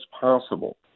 possible